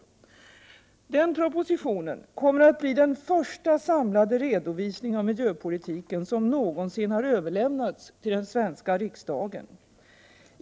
Den propositionen kommer att bli den första samlade redovisning av miljöpolitiken som någonsin överlämnats till den svenska riksdagen.